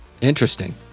Interesting